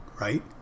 right